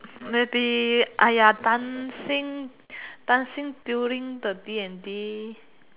maybe !aiya! dancing dancing during the D and D